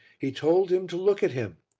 he told him to look at him,